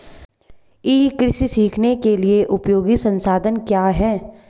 ई कृषि सीखने के लिए उपयोगी संसाधन क्या हैं?